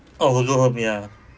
oh google home ya